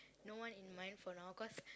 no one in mind for now cause